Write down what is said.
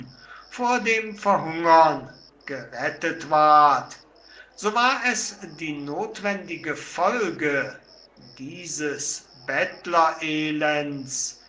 vor dem verhungern gerettet ward so war es die notwendige folge dieses